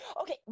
Okay